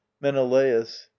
menelaus